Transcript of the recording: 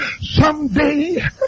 Someday